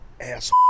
ass